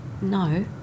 no